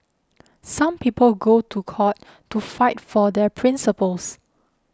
some people go to court to fight for their principles